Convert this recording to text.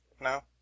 No